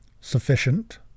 sufficient